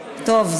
טוב,